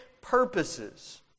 purposes